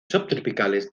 subtropicales